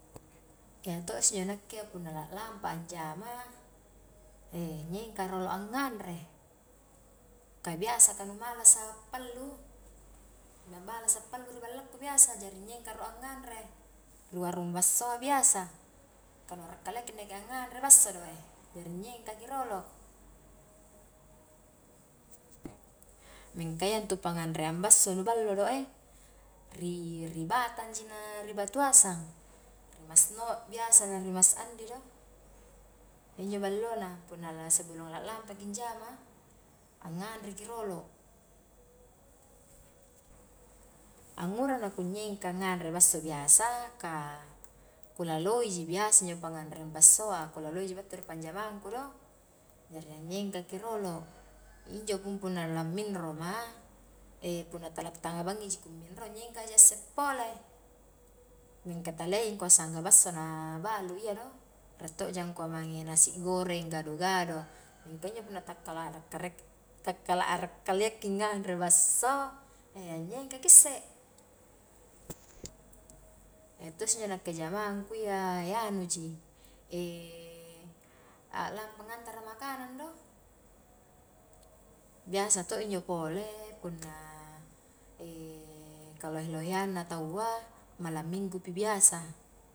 Iya to isse injo nakke iya punna la lampa a anjama nyengka a rolo anganre, ka biasa ka nu malas a pallu, na malas a pallu ri ballakku biasa jari nyengka a rolo anganre, ri warung bassoa biasa, kanu akra kalia ki ndeke a nganre basso doe, jari nyengkaki rolo, mingka iya intu pangngangreang basso nu ballo doe, ri-ri batangji na ri batuasang, ri mas nok biasa na ri mas andi do, injo ballona punna la sebelum la lampaki anjama a nganreki rolo, angura naku nyengka nganre bakso biasa, ka kulaloiji biasa pangangreanga bassoa, kulaloiji battu ri panjamagku do, jari anyengkaki rolo, injopun punna la minroma, punna tala tanga bangiji ku minro, nyengkaja isse pole, mingka taliaji sangga basso na balu iya do, riek tokja angkua mange nasi goreng, gado-gado, mingka injo punna takkala, takkala akrak kaliaki nganre basso, anyengka ki isse iya to isse injo nakke jamangku iya, anuji, aklampa ngantara makanan do, biasa to injo pole punna e kalohe-loheangna tau a malam minggu pi biasa.